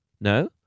No